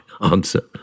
answer